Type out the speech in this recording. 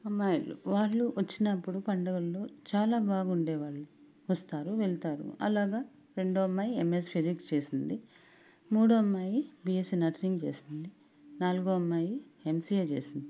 అమ్మాయిలు వాళ్ళు వచ్చినప్పుడు పండుగలు చాలా బాగుండేవాళ్లు వస్తారు వెళ్తారు అలాగ రెండో అమ్మాయి ఎమ్ఎస్ ఫిజిక్స్ చేసింది మూడో అమ్మాయి బిఎస్సి నర్సింగ్ చేసింది నాలుగో అమ్మాయి ఎమ్సిఎ చేసింది